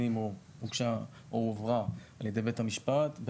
אם הוגשה או הועברה על ידי בית המשפט,